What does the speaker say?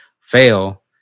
fail